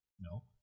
No